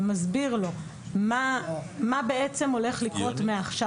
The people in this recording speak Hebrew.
ומסביר לו מה בעצם הולך לקרות מעכשיו.